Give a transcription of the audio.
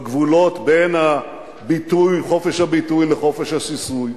בגבולות בין חופש הביטוי לחופש השיסוי.